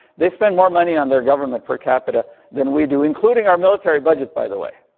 they spend more money on their government per capita than we do, including our military budget by the way.